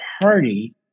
party